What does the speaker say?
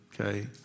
okay